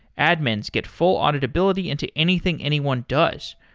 admins get full auditability into anything anyone does.